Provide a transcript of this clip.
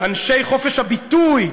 אנשי חופש הביטוי,